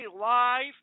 Live